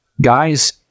Guys